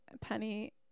Penny